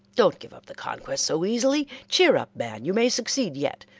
don't give up the conquest so easily. cheer up, man, you may succeed yet.